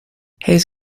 hayes